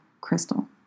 Crystal